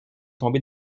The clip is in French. tombé